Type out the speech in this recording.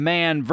Man